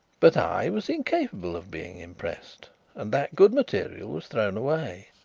but i was incapable of being impressed and that good material was thrown away.